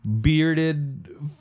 bearded